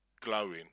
glowing